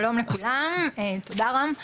תודה רם.